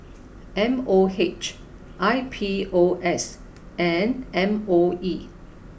M O H I P O S and M O E